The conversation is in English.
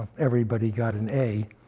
everybody got an a,